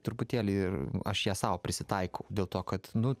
truputėlį ir aš ją sau prisitaikau dėl to kad nu